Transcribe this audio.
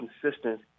consistent